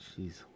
Jeez